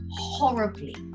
horribly